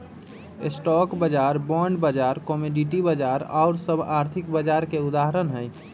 stock बाजार, bond बाजार, commodity बाजार आउर सभ आर्थिक बाजार के उदाहरण हइ